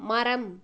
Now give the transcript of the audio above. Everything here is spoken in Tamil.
மரம்